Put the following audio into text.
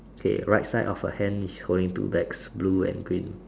okay right side of her hand is holding two bags blue and green